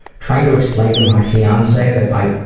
tried to explain to my fiance that by,